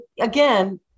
again